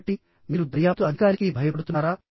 కాబట్టి మీరు దర్యాప్తు అధికారికి భయపడుతున్నారా